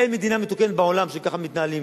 אין מדינה מתוקנת בעולם שככה מתנהלים